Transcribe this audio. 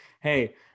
hey